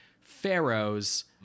pharaohs